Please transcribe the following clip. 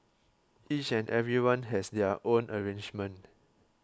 each and everyone has their own arrangement